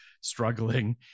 struggling